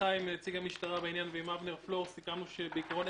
בשיחה עם נציג המשטרה בעניין ועם אבנר פלור סיכמנו שבעיקרון,